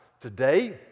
Today